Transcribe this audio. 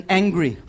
angry